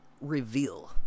reveal